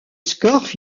scorff